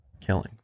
killing